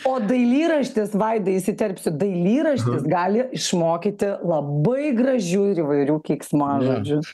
o dailyraštis vaidai įsiterpsiu dailyraštis gali išmokyti labai gražių ir įvairių keiksmažodžių